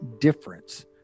difference